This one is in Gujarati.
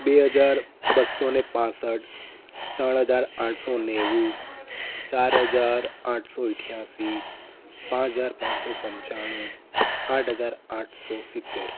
બે હજાર બસો ને પાંસઠ ત્રણ હજાર આઠસો નેવું ચાર હજાર આઠસો અઠ્યાશી પાંચ હજાર પાંચસો પંચાણુ આઠ હજાર આઠસો સિત્તેર